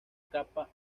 kappa